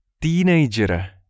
Teenager